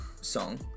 song